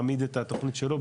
מעמיד את התוכנית שלו,